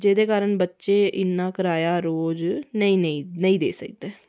जेह्दे कारण बच्चे इन्ना कराया रोज नेईं देई सकदे